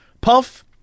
puff